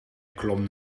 klom